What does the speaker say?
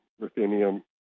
ruthenium